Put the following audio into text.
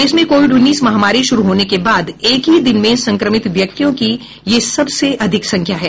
देश में कोविड उन्नीस महामारी शुरू होने के बाद एक ही दिन में संक्रमित व्यक्तियों की ये सबसे अधिक संख्या है